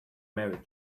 married